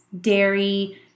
dairy